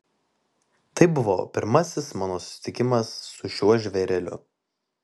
tai buvo pirmasis mano susitikimas su šiuo žvėreliu